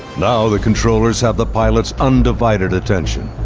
now the controllers have the pilot's undivided attention.